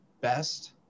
best